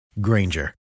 Granger